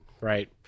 Right